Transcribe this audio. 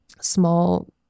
small